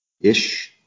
ish